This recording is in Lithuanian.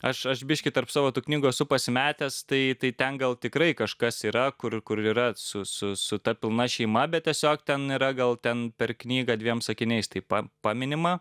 aš aš biškį tarp savo tų knygų esu pasimetęs tai tai ten gal tikrai kažkas yra kur kur yra su su su ta pilna šeima bet tiesiog ten yra gal ten per knygą dviem sakiniais tai pa paminima